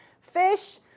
fish